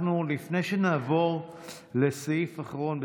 לפני שנעבור לסעיף האחרון בסדר-היום,